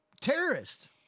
terrorists